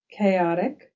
chaotic